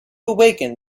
awaken